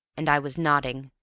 and i was nodding,